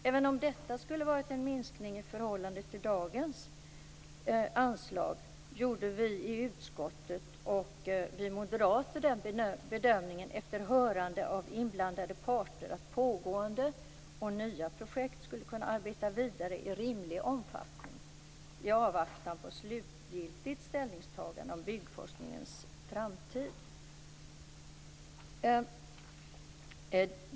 Även om detta skulle ha varit en minskning i förhållande till dagens anslag, gjorde vi i utskottet och vi moderater den bedömningen, efter hörande av inblandade parter, att pågående och nya projekt skulle kunna arbeta vidare i rimlig omfattning i avvaktan på slutgiltigt ställningstagande om byggforskningens framtid.